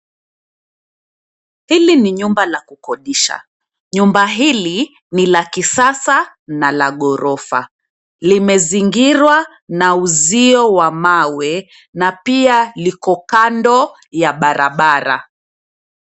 Hili ni nyumba la kukodisha. Nyumba hili ni la kisasa na la ghorofa .Limezingirwa na uzio wa mawe na pia liko kando ya barabara.